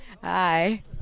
Hi